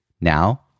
Now